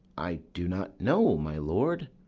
i do not know, my lord,